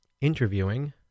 interviewing